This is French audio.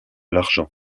l’argent